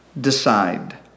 decide